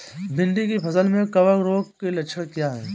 भिंडी की फसल में कवक रोग के लक्षण क्या है?